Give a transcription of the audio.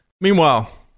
Meanwhile